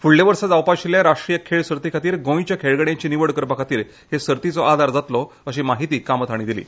फुडल्या वर्सा जावपा आशिल्ल्या राष्ट्रीय खेळ सर्ती खातीर गोंयच्या खेळगड्यांची निवड करपा खातीर हे सर्तींत आदार जातलो अशी माहिती कामत हांणी दिली